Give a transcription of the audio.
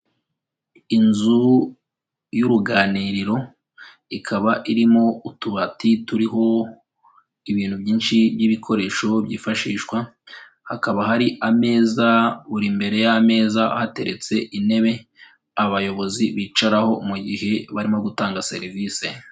Inzu y'uruganiriro, ikaba irimo utubati turiho ibintu byinshi by'ibikoresho byifashishwa, hakaba hari ameza buri imbere y'ameza hateretse intebe abayobozi bicaraho mu gihe barimo gutanga serivise.